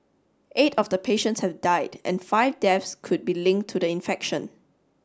eight of the patients have died and five deaths could be linked to the infection